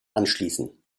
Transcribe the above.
anschließen